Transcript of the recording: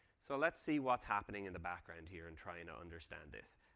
so let's see what's happening in the background here and trying to understand this.